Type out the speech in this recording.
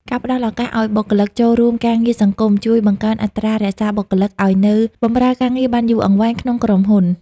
ការផ្ដល់ឱកាសឱ្យបុគ្គលិកចូលរួមការងារសង្គម ជួយបង្កើនអត្រារក្សាបុគ្គលិកឱ្យនៅបម្រើការងារបានយូរអង្វែងក្នុងក្រុមហ៊ុន។